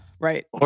Right